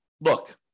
look